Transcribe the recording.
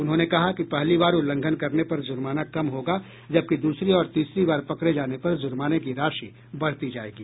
उन्होंने कहा कि पहली बार उल्लंघन करने पर जूर्माना कम होगा जबकि दूसरी और तीसरी बार पकड़े जाने पर जुर्माने की राशि बढ़ती जायेगी